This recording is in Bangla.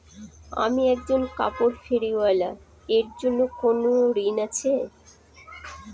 আমি একজন কাপড় ফেরীওয়ালা এর জন্য কোনো ঋণ আছে?